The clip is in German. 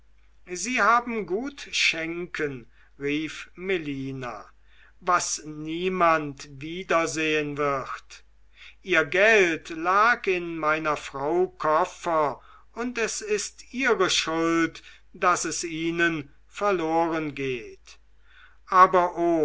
sie haben gut schenken rief melina was niemand wiedersehen wird ihr geld lag in meiner frau koffer und es ist ihre schuld daß es ihnen verlorengeht aber o